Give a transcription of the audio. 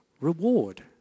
reward